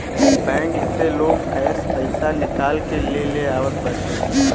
bank से लोग cash पईसा निकाल के ले आवत बाटे